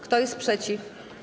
Kto jest przeciw?